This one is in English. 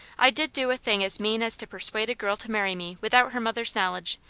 i did do a thing as mean as to persuade a girl to marry me without her mother's knowledge,